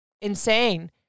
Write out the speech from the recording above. insane